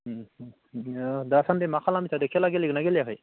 उम उम बिदिनो दासान्दि मा खालामबाय थादों खेला गेलेगोनना गेलेयाखै